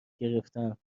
گرفتم